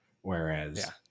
Whereas